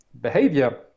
behavior